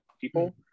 people